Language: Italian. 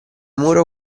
muro